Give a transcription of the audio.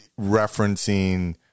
referencing